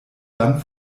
dann